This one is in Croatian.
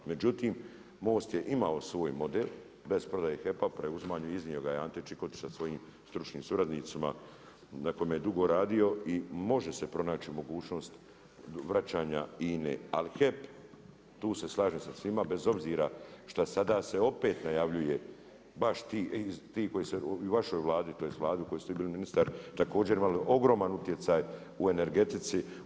Međutim, Most je imao svoj model, bez prodaje HEP-a, preuzimanje … Ante Čikotića sa svojim stručnim suradnicima na kojima je dugo radio i može se pronaći mogućnost vraćanja INA-e, ali HEP, tu se slažem sa svima, bez obzira šta sad se opet najavljuje baš ti koji se i u vašoj Vladi, tj. u Vladi u kojoj ste vi bili ministar, također imali ogroman utjecaj u energetici.